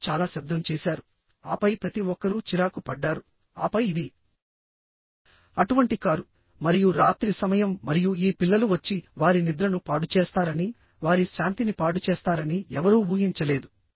వారు చాలా శబ్దం చేశారు ఆపై ప్రతి ఒక్కరూ చిరాకు పడ్డారు ఆపై ఇది అటువంటి కారు మరియు రాత్రి సమయం మరియు ఈ పిల్లలు వచ్చి వారి నిద్రను పాడుచేస్తారని వారి శాంతిని పాడు చేస్తారని ఎవరూ ఊహించలేదు